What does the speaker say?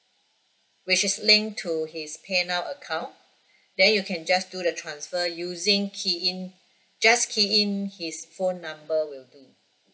which is link to his pay now account then you can just do the transfer using key in just key in his phone number will do